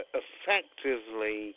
effectively